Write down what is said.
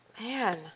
Man